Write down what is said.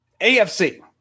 afc